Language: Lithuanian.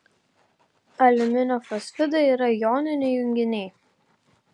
aliuminio fosfidai yra joniniai junginiai